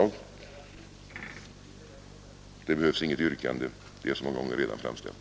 Jag behöver inte ställa något yrkande, det är redan så många gånger framställt.